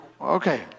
Okay